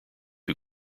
who